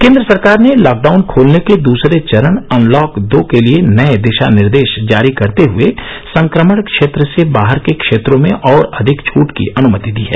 केंद्र सरकार ने लॉकडाउन खोलने के दूसरे चरण अनलॉक दो के लिए नये दिशा निर्देश जारी करते हुए संक्रमण क्षेत्र से बाहर के क्षेत्रों में और अधिक छूट की अनुमति दी है